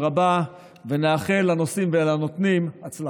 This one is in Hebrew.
רבה ונאחל לנושאים ולנותנים הצלחה.